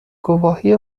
گواهی